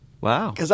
wow